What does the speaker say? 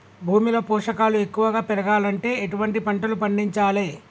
భూమిలో పోషకాలు ఎక్కువగా పెరగాలంటే ఎటువంటి పంటలు పండించాలే?